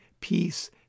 peace